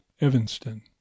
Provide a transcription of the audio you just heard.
Evanston